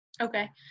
Okay